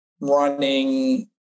running